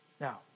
Now